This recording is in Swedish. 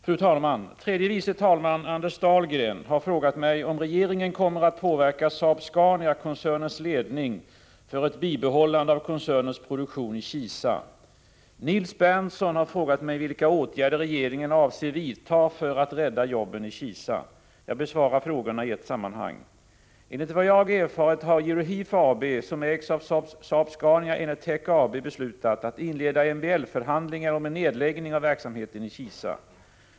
Fru talman! Tredje vice talman Anders Dahlgren har frågat mig om regeringen kommer att påverka Saab-Scania-koncernens ledning för ett bibehållande av koncernens produktion i Kisa. Nils Berndtson har frågat mig vilka åtgärder regeringen ayser vidta för att rädda jobben i Kisa. Jag besvarar frågorna i ett sammanhang. Enligt vad jag erfarit har Euroheat AB, som ägs av Saab-Scania Enertech AB, beslutat att inleda MBL-förhandlingar om en nedläggning av verksamheteni Kisa.